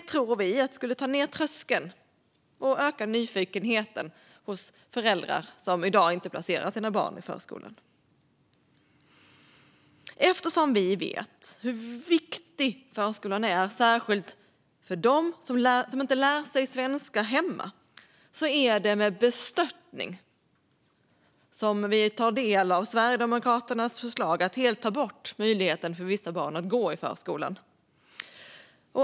Vi tror att det skulle sänka tröskeln och öka nyfikenheten hos föräldrar som i dag inte placerar sina barn i förskolan. Eftersom vi vet hur viktig förskolan är särskilt för de barn som inte lär sig svenska hemma är det med bestörtning vi tar del av Sverigedemokraternas förslag att helt ta bort möjligheten för vissa barn att gå i förskolan.